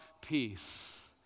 Peace